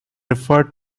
referred